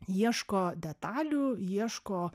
ieško detalių ieško